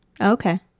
Okay